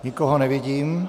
Nikoho nevidím.